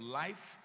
life